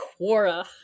quora